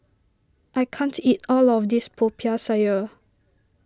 I can't eat all of this Popiah Sayur